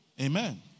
Amen